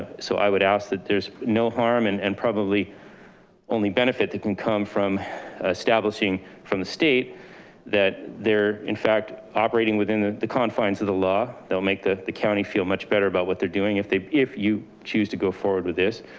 so i would ask that there's no harm and and probably only benefit that can come from establishing from the state that they're in fact operating within the the confines of the law. they'll make the the county feel much better about what they're doing if you choose to go forward with this.